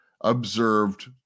observed